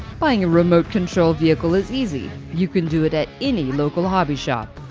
buying a remote control vehicle is easy, you can do it at any local hobby shop,